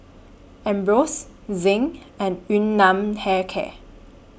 Ambros Zinc and Yun Nam Hair Care